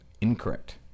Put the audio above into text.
Incorrect